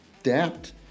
adapt